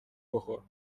بخور